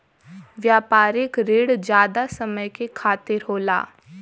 व्यापारिक रिण जादा समय के खातिर होला